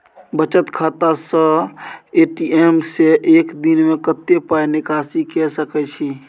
बचत खाता स ए.टी.एम से एक दिन में कत्ते पाई निकासी के सके छि?